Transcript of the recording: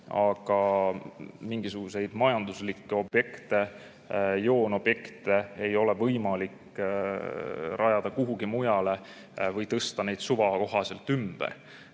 Aga mingisuguseid majanduslikke objekte, joonobjekte ei ole võimalik rajada kuhugi mujale või tõsta neid oma suva kohaselt ümber.